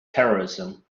terrorism